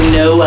no